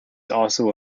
also